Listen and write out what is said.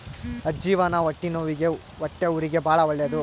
ಅಜ್ಜಿವಾನ ಹೊಟ್ಟೆನವ್ವಿಗೆ ಹೊಟ್ಟೆಹುರಿಗೆ ಬಾಳ ಒಳ್ಳೆದು